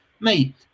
mate